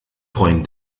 freuen